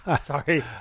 Sorry